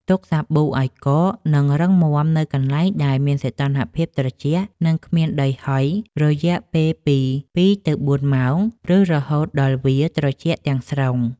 ទុកសាប៊ូឱ្យកក និងរឹងមាំនៅកន្លែងដែលមានសីតុណ្ហភាពត្រជាក់ និងគ្មានដីហុយរយៈពេលពី ២ ទៅ ៤ ម៉ោង ឬរហូតដល់វាត្រជាក់ទាំងស្រុង។